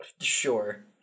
Sure